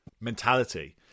mentality